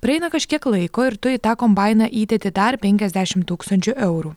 praeina kažkiek laiko ir tu į tą kombainą įdedi dar penkiasdešim tūkstančių eurų